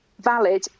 valid